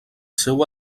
seu